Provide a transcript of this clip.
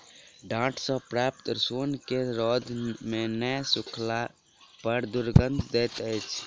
डांट सॅ प्राप्त सोन के रौद मे नै सुखयला पर दुरगंध दैत अछि